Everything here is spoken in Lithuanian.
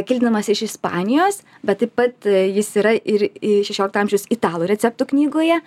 kildinamas iš ispanijos bet taip pat jis yra ir šešiolikto amžiaus italų receptų knygoje